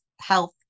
health